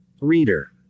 Reader